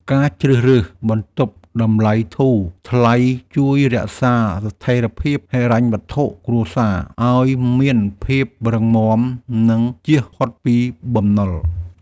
ការជ្រើសរើសបន្ទប់តម្លៃធូរថ្លៃជួយរក្សាស្ថិរភាពហិរញ្ញវត្ថុគ្រួសារឱ្យមានភាពរឹងមាំនិងជៀសផុតពីបំណុល។